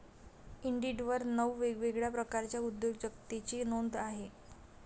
इंडिडवर नऊ वेगवेगळ्या प्रकारच्या उद्योजकतेची नोंद आहे